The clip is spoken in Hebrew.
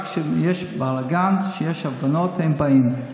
רק כשיש בלגן, כשיש הפגנות, הם באים.